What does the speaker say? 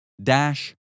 Dash